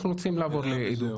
לזה.